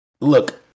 Look